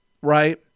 right